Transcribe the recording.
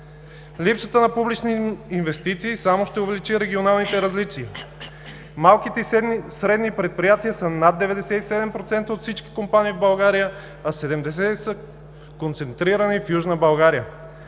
Липсата на публични инвестиции само ще увеличи регионалните различия. Малките и средни предприятия са над 97% от всички компании в България, а 70 са концентрирани в Южна България.